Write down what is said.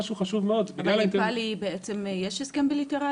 אבל נפאל היא, איתה בעצם יש הסכם בליטרלי?